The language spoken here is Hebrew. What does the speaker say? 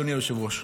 אדוני היושב-ראש.